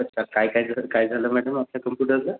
तर का काय झालं काय झालं मॅडम आपल्या कम्प्युटरला